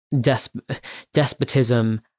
despotism